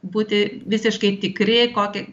būti visiškai tikri kokį